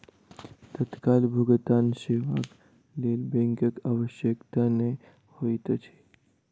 तत्काल भुगतान सेवाक लेल बैंकक आवश्यकता नै होइत अछि